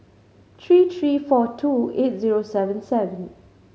three three four two eight zero seven seven